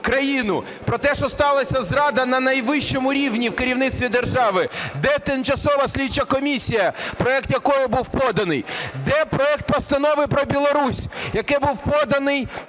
про те, що сталася зрада на найвищому рівні в керівництві держави. Де тимчасова слідча комісія, проект якої був поданий? Де проект постанови про Білорусь, який був поданий